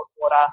water